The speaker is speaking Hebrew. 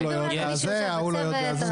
הוא לא יודע זה, ההוא לא יודע זה.